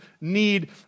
need